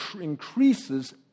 increases